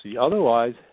Otherwise